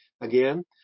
again